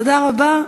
תודה רבה.